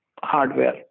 hardware